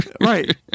Right